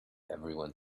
everyone